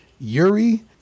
yuri